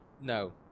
No